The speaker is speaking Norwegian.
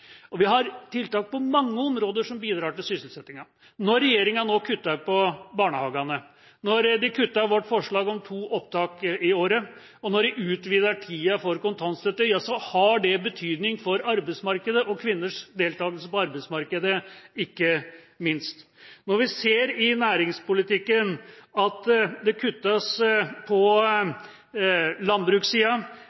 Og vi har tiltak på mange områder som bidrar til sysselsettingen. Når regjeringa nå kutter i barnehagene, når de kutter vårt forslag om to opptak i året, og når de utvider tida for kontantstøtte, har det betydning for arbeidsmarkedet og kvinners deltakelse på arbeidsmarkedet, ikke minst. Når vi ser i næringspolitikken at det kuttes på